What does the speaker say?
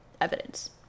evidence